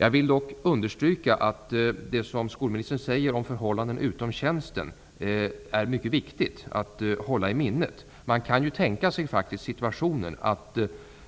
Jag vill dock understryka att det som skolministern säger om ''förhållanden utom tjänsten'' är mycket viktigt att hålla i minnet. Man kan ju faktiskt tänka sig situationen att